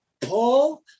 Paul